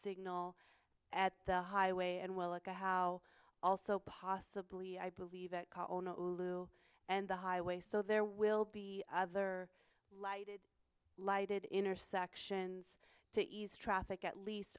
signal at the highway and we'll look at how also possibly i believe that and the highway so there will be other lighted lighted intersections to ease traffic at least